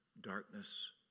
darkness